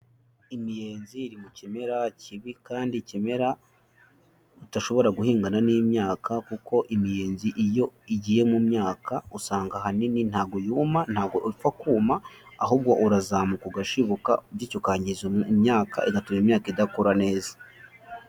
Imiyenzi iri mu kimera kibi kandi ikimera udashobora guhingana n'imyaka kuko imiyenzi iyo igiye mu myaka usanga ahanini ntago yuma, ntabwo upfa kuma, ahubwo urazamuka ugashibuka bityo ukangiza imyaka, igatuma imyaka idakura neza.